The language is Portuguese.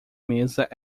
mesa